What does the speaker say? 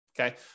Okay